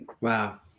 wow